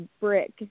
brick